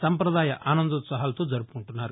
నంవదాయ ఆనందోత్పాహాలతో జరువుకుంటున్నారు